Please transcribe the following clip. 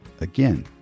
Again